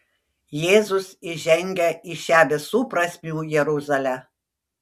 jėzus įžengia į šią visų prasmių jeruzalę